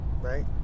right